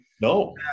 no